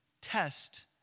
test